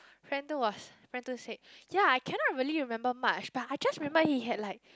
friend two was friend two said ya I cannot really remember much but I just remembered he had like